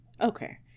okay